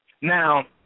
Now